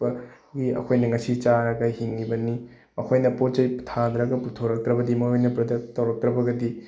ꯄꯒꯤ ꯑꯩꯈꯣꯏꯅ ꯉꯁꯤ ꯆꯥꯔꯒ ꯍꯤꯡꯉꯤꯕꯅꯤ ꯃꯈꯣꯏꯅ ꯄꯣꯠ ꯆꯩ ꯊꯥꯗ꯭ꯔꯒ ꯄꯨꯊꯣꯔꯛꯇ꯭ꯔꯕꯗꯤ ꯃꯣꯏꯅ ꯄ꯭ꯔꯗꯛ ꯇꯧꯔꯛꯇ꯭ꯔꯒꯕꯗꯤ